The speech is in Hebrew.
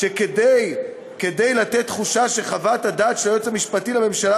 שכדי לתת תחושה שחוות הדעת של היועץ המשפטי לממשלה